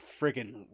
friggin